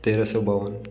तेरह सौ बावन